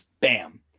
Bam